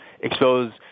expose